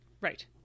Right